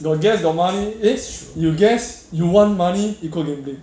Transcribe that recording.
your guess your money eh you guess you want money equal gambling